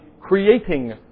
creating